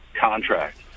contract